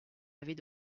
avait